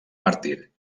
màrtir